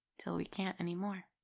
till we can't anymore.